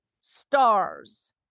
stars